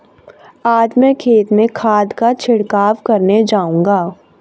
आज मैं खेत में खाद का छिड़काव करने जाऊंगा